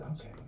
okay